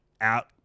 out